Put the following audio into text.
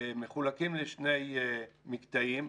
מחולקים לשני מקטעים,